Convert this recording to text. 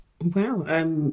Wow